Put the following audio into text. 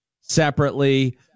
separately